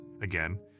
Again